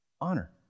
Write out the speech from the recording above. Honor